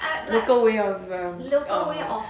local way of the um